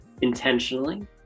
intentionally